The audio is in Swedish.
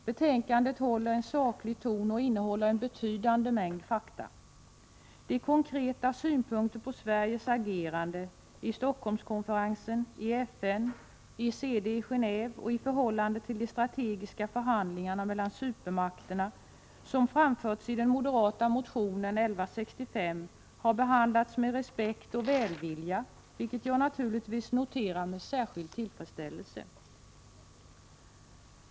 Betänkandet håller en saklig ton och innehåller en betydande mängd fakta. De konkreta synpunker på Sveriges agerande i Stockholmskonferensen, i FN, i CD i Geneve och i förhållande till de strategiska förhandlingarna mellan supermakterna som framförts i den moderata motionen 1165 har behandlats med respekt och välvilja, vilket jag naturligtvis noterar med särskild tillfredsställelse.